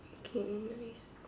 okay nice